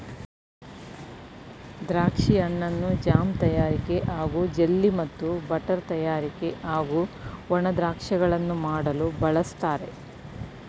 ದ್ರಾಕ್ಷಿ ಹಣ್ಣನ್ನು ಜಾಮ್ ತಯಾರಿಕೆ ಹಾಗೂ ಜೆಲ್ಲಿ ಮತ್ತು ಬಟರ್ ತಯಾರಿಕೆ ಹಾಗೂ ಒಣ ದ್ರಾಕ್ಷಿಗಳನ್ನು ಮಾಡಲು ಬಳಸ್ತಾರೆ